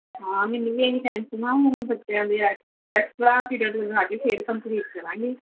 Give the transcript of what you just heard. ਹਾਂ ਮੈਨੂੰ ਵੀ ਇਹੀ ਟੈਨਸ਼ਨ ਆ ਹੁਣ ਬੱਚਿਆਂ ਦੇ ਐ ਐਕਸਟਰਾ ਪੀਰੀਅਡ ਲਗਾ ਕੇ ਫਿਰ ਕੰਪਲੀਟ ਕਰਾਂਗੇ